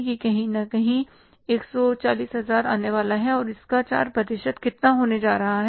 यह कहीं न कहीं 140 हजार आने वाला है और इसका 4 प्रतिशत कितना होने जा रहा है